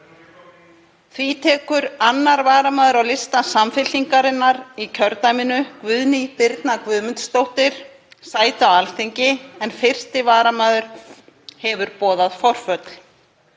Því tekur 2. varamaður á lista Samfylkingarinnar í kjördæminu, Guðný Birna Guðmundsdóttir, sæti á Alþingi en 1. varamaður hefur boðað forföll.